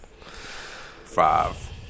Five